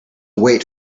wait